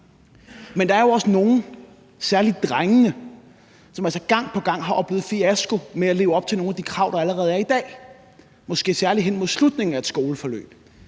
Men der er jo også nogle, særlig drengene, som altså gang på gang har oplevet fiasko med at leve op til nogle af de krav, der allerede er i dag, måske særlig hen mod slutningen af et skoleforløb.